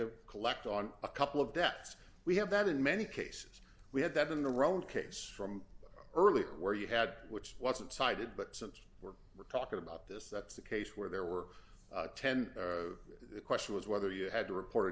to collect on a couple of debts we have that in many cases we had that in the rhone case from earlier where you had which wasn't cited but since we're talking about this that's the case where there were ten the question was whether you had to report